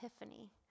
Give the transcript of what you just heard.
epiphany